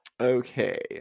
Okay